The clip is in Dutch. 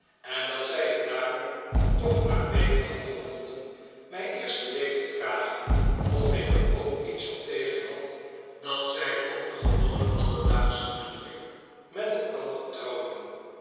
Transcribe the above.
en dat zij het daarom toch maar beter had gevonden mij eerst beleefd te vragen of ik er ook iets op tegen had dat zij op de gewone alledaagsche manier met elkander trouwden